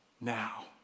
now